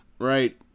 right